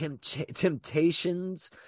temptations